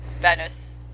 venice